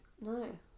No